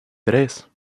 tres